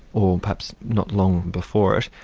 or perhaps not long before it,